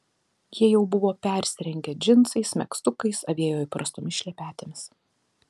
jie jau buvo persirengę džinsais megztukais avėjo įprastomis šlepetėmis